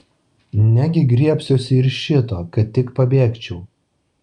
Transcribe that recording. negi griebsiuosi ir šito kad tik pabėgčiau